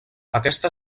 aquesta